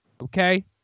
Okay